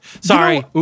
Sorry